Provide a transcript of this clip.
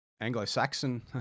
Anglo-Saxon